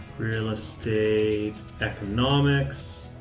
real estate economics.